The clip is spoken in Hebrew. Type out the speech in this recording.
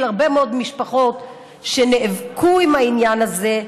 הרבה מאוד משפחות שנאבקו עם העניין הזה,